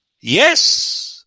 Yes